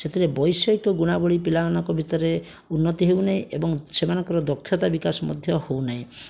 ସେଥିରେ ବୈଷୟିକ ଗୁଣାବଳୀ ପିଲାମାନଙ୍କ ଭିତରେ ଉନ୍ନତି ହେଉନାହିଁ ଏବଂ ସେମାନଙ୍କର ଦକ୍ଷତା ବିକାଶ ମଧ୍ୟ ହେଉନାହିଁ